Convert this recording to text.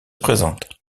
présente